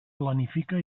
planifica